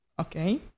Okay